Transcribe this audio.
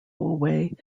away